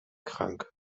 krank